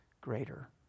greater